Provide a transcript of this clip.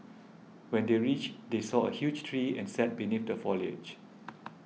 when they reached they saw a huge tree and sat beneath the foliage